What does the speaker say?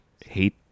hate